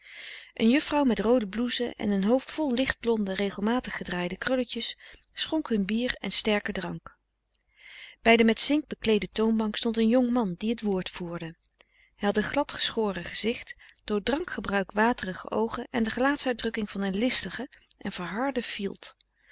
een juffrouw met roode blouse en een hoofd vol lichtblonde regelmatig gedraaide krulletjes schonk hun bier en sterken drank bij de met zink bekleede toonbank stond een jong man die het woord voerde hij had een gladgeschoren gezicht door drankgebruik waterige oogen en de gelaatsuitdrukking van een listigen en verharden fielt